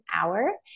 hour